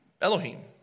Elohim